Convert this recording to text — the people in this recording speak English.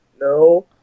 no